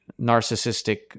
narcissistic